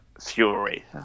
Fury